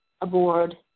aboard